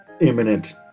imminent